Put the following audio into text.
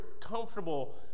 comfortable